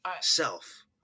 self